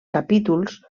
capítols